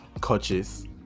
coaches